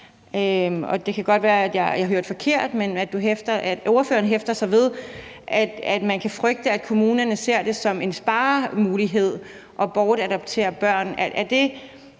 det kan godt være, at jeg hørte forkert – at ordføreren hæfter sig ved, at man kan frygte, at kommunerne ser det som en sparemulighed at bortadoptere børn.